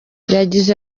yagize